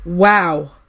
Wow